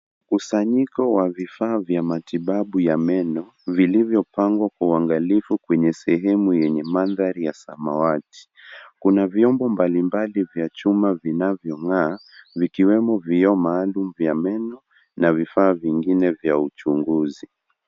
Mkusanyiko wa vifaa vya matibabu ya meno vilivyopangwa kwa uangalifu kwenye sehemu yenye mandhari ya samawati. Kuna vyombo mbalimbali vya chuma vinavyong'aa vikiwemo vioo maalum vya meno na vifaa vingine vya uchunguzi.